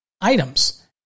items